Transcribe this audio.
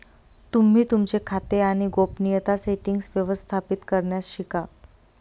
तुम्ही तुमचे खाते आणि गोपनीयता सेटीन्ग्स व्यवस्थापित करण्यास शिका